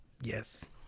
Yes